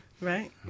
Right